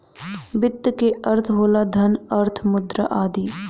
वित्त के अर्थ होला धन, अर्थ, मुद्रा आदि